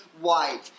white